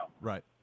Right